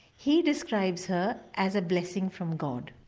he describes her as a blessing from god.